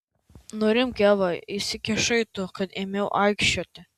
nurimk eva įsikišai tu kai ėmiau aikčioti